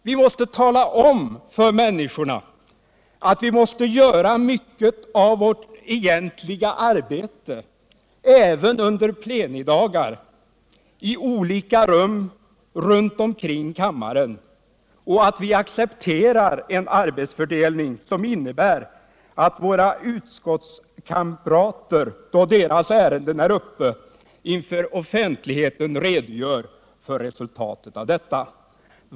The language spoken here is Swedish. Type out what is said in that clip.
Vi måste tala om för människorna att vi måste göra mycket av vårt egentliga arbete även under plenidagar i olika rum runt omkring kammaren och att vi accepterar en arbetsfördelning som innebär att våra utskottskamrater, då deras ärenden är uppe, inför offentligheten redogör för resultatet av deras arbete.